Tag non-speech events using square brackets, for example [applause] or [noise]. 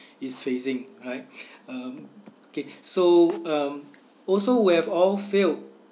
[breath] is facing right um okay so um also we have all failed